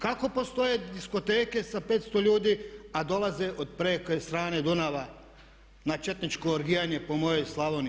Kako postoje diskoteke sa 500 ljudi a dolaze od preko strane Dunava na četničko orgijanje po mojoj Slavoniji?